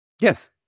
Yes